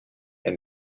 and